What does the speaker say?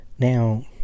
Now